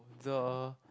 the